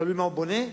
תלוי מה הוא בונה,